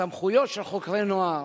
הסמכויות של חוקרי נוער